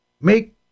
Make